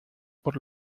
por